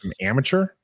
Amateur